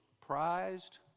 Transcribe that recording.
prized